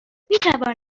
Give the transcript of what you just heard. میتوانم